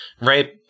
right